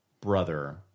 brother